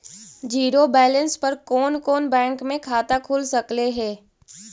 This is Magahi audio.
जिरो बैलेंस पर कोन कोन बैंक में खाता खुल सकले हे?